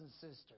sisters